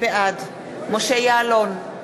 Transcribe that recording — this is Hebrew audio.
בעד משה יעלון,